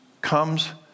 comes